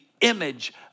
image